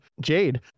Jade